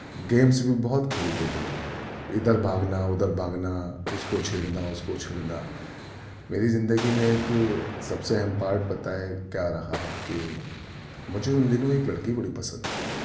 games بھی بہت کھیلتے تھے ادھر بھاگنا ادھر بھاگنا اس کو چھیڑنا اس کو چھیڑنا میری زندگی میں ایک سب سے اہم پارٹ پتہ ہے کیا رہا کہ مجھے ان دنوں ایک لڑکی بڑی پسند تھی